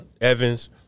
Evans